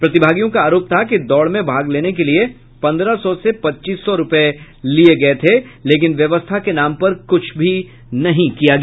प्रतिभागियों का आरोप था कि दौड़ में भाग लेने के लिए पन्द्रह सौ से पच्चीस सौ रुपये लिये गये थे लेकिन व्यवस्था के नाम पर कुछ नहीं किया गया